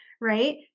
right